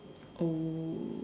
oh